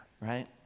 right